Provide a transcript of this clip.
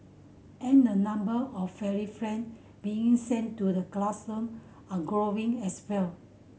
and the number of furry friend being sent to the classroom are growing as well